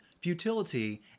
futility